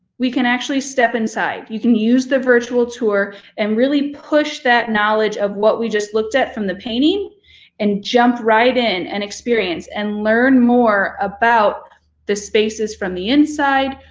we can actually step inside. you can use the virtual tour and really push that knowledge of what we just looked at from the painting and jump right in and experience and learn more about the spaces from the inside,